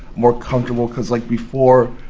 more comfortable because, like, before,